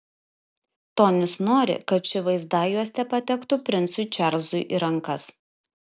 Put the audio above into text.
tonis nori kad ši vaizdajuostė patektų princui čarlzui į rankas